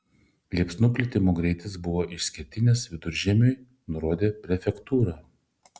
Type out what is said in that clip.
liepsnų plitimo greitis buvo išskirtinis viduržiemiui nurodė prefektūra